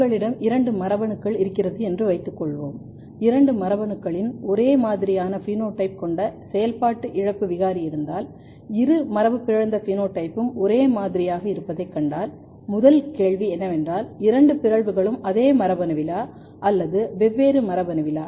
உங்களிடம் இரண்டு மரபணுக்கள் இருக்கிறது என்று வைத்துக் கொள்வோம் இரண்டு மரபணுக்களின் ஒரே மாதிரியான பினோடைப்பைக் கொண்ட செயல்பாட்டு இழப்பு விகாரி இருந்தால் இரு மரபுபிறழ்ந்த பினோடைப்பும் ஒரே மாதிரியாக இருப்பதைக் கண்டால் முதல் கேள்வி என்னவென்றால் இரண்டு பிறழ்வுகளும் அதே மரபணுவிலா அல்லது வெவ்வேறு மரபணுவிலா